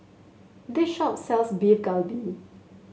this shop sells Beef Galbi